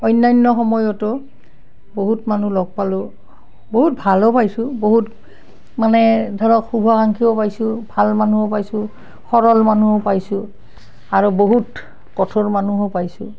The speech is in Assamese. অন্য়ান্য় সময়তো বহুত মানুহ লগ পালোঁ বহুত ভালো পাইছোঁ বহুত মানে ধৰক শুভাকাংক্ষীও পাইছোঁ ভাল মানুহো পাইছোঁ সৰল মানুহো পাইছোঁ আৰু বহুত কঠোৰ মানুহো পাইছোঁ